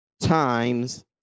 times